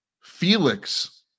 Felix